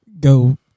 go